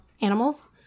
animals